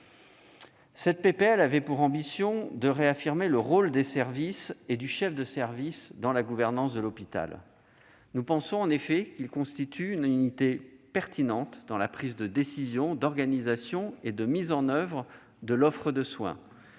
de loi avait pour ambition de réaffirmer le rôle des services et du chef de service dans la gouvernance de l'hôpital. Nous pensons en effet qu'ils constituent une unité pertinente dans la prise de décision, dans l'organisation et la mise en oeuvre de l'offre de soins,